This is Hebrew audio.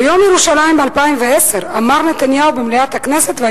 ביום ירושלים 2010 אמר נתניהו במליאת הכנסת: